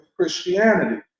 christianity